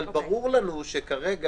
אבל ברור לנו שכרגע